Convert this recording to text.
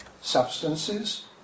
substances